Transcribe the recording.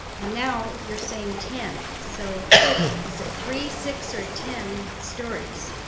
and now you're saying ten. so is it three, six, or ten stories?